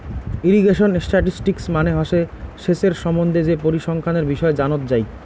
irrigation statistics মানে হসে সেচের সম্বন্ধে যে পরিসংখ্যানের বিষয় জানত যাই